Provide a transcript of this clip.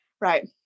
right